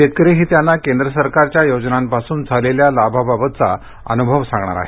शेतकरीही त्यांना केंद्र सरकारच्या योजनांपासून झालेल्या लाभाबाबतचा अनुभव सांगणार आहेत